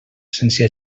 sense